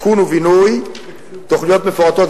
בינוי ושיכון, תוכניות מפורטות.